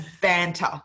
banter